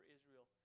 Israel